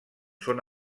són